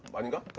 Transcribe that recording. and